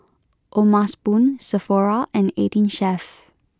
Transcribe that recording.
O'ma spoon Sephora and eighteen Chef